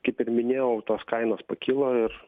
kaip ir minėjau tos kainos pakilo ir